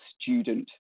student